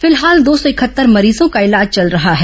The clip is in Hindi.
फिलहाल दो सौ इकहत्तर मरीजों का इलाज चल रहा है